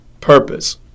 purpose